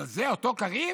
אבל זה אותו קריב?